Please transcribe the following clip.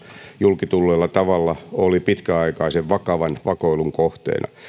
julki tulleella tavalla ulkoministeriö oli pitkäaikaisen vakavan vakoilun kohteena